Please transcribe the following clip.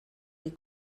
die